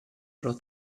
ero